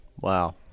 Wow